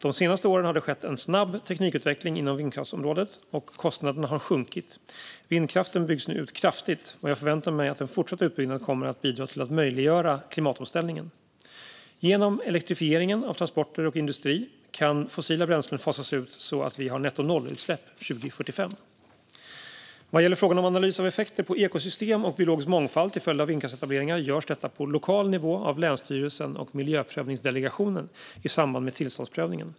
De senaste åren har det skett en snabb teknikutveckling inom vindkraftsområdet, och kostnaderna har sjunkit. Vindkraften byggs nu ut kraftigt, och jag förväntar mig att en fortsatt utbyggnad kommer att bidra till att möjliggöra klimatomställningen. Genom elektrifieringen av transporter och industri kan fossila bränslen fasas ut så att vi har nettonollutsläpp 2045. Vad gäller frågan om analys av effekter på ekosystem och biologisk mångfald till följd av vindkraftsetableringar görs detta på lokal nivå av länsstyrelsen och miljöprövningsdelegationen i samband med tillståndsprövningen.